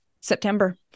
September